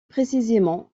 précisément